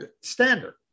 standard